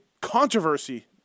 controversy